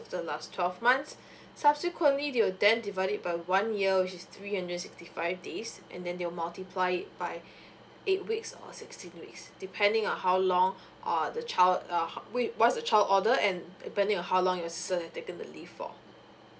the last twelve months subsequently you will then divide it by one year which is three hundred and sixty five days and then you multiply it by eight weeks or sixteen weeks depending on how long uh the child uh w~ what's the child order and depending on how long you have uh taken the leave for